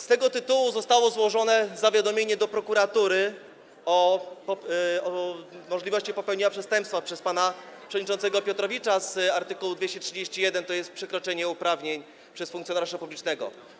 Z tego tytułu zostało złożone zawiadomienie do prokuratury o możliwości popełnienia przestępstwa przez pana przewodniczącego Piotrowicza z art. 231, chodzi o przekroczenie uprawnień przez funkcjonariusza publicznego.